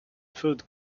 food